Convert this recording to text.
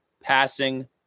passing